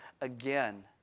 again